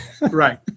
Right